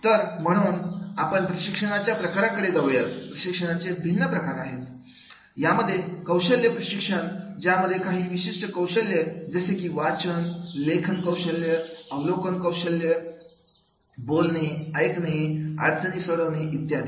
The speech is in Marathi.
तर म्हणून आपण प्रशिक्षणाच्या प्रकाराकडे जाऊयात प्रशिक्षणाचे भिन्न प्रकार असतात यामध्ये कौशल्य प्रशिक्षण ज्यामध्ये काही विशिष्ट कौशल्य जसे की वाचन लेखन कौशल्यआकलन कौशल्य बोलणे ऐकणे अडचणी सोडवणे इत्यादी